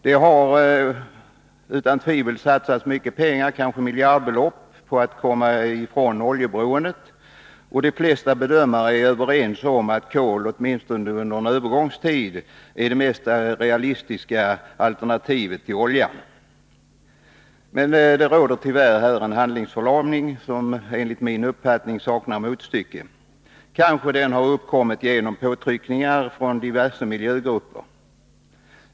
Det har utan tvivel satsats mycket pengar, kanske miljardbelopp, på att komma ifrån oljeberoendet. De flesta bedömare är överens om att kol åtminstone under en övergångstid är det mest realistiska alternativet till oljan. Men här råder såvitt jag kan bedöma en handlingsförlamning som saknar motstycke. Kanske har detta uppkommit genom påtryckningar från diverse miljögrupper.